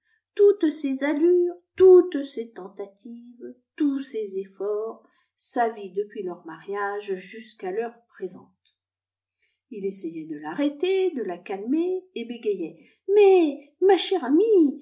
toutes ses allures toutes ses tentatives tous ses efforts sa vie depuis leur mariage jusqu'à l'heure présente il essayait de l'arrêter de la calmer et bé mais ma chère amie